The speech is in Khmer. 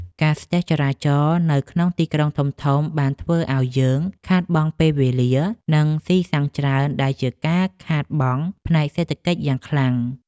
ការស្ទះចរាចរណ៍នៅក្នុងទីក្រុងធំៗបានធ្វើឱ្យយើងខាតបង់ពេលវេលា និងស៊ីសាំងច្រើនដែលជាការខាតបង់ផ្នែកសេដ្ឋកិច្ចយ៉ាងខ្លាំង។